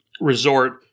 resort